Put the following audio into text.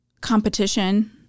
competition